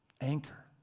Anchor